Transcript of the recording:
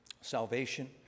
salvation